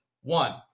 One